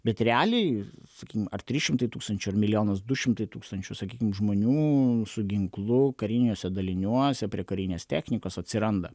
bet realiai sakykim ar trys šimtai tūkstančių ar milijonas du šimtai tūkstančių sakykime žmonių su ginklu kariniuose daliniuose prie karinės technikos atsiranda